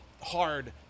hard